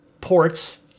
ports